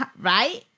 Right